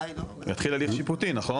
נכון?